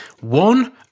One